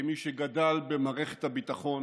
כמי שגדל במערכת הביטחון